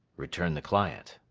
returned the client.